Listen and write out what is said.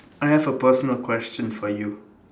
I have a personal question for you